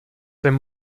ten